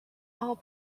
all